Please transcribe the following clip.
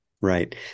right